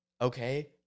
okay